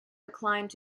declined